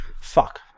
Fuck